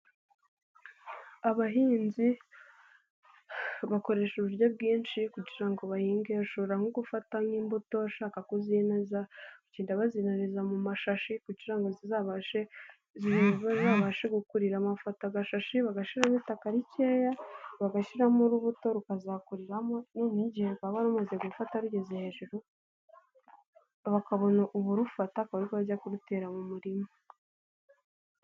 Abahinzi bakoresha uburyo bwinshi kugira ngo bahinge, bashobora nko gufata nk'imbuto ushaka ko zimeza bajyenda bazinjiza mu mashashi kugira ngo zizabashe gukuriramo. Bafata agashashi bagashyiramo itaka rikeya, bagashyiramo urubuto rukazakuriramo noneho igihe rwaba rumaze gufata rugeze hejuru bakabona uburufata akaba aribwo bajya kurutera mu murima.